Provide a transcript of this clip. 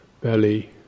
belly